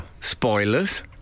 spoilers